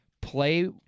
play